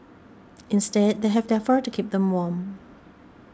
instead they have their fur to keep them warm